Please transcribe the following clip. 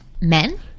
men